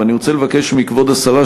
ואני רוצה לבקש מכבוד השרה,